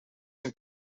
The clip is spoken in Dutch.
zijn